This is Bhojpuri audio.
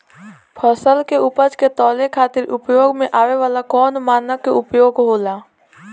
फसल के उपज के तौले खातिर उपयोग में आवे वाला कौन मानक के उपयोग होला?